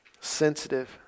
sensitive